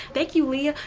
thank you lia.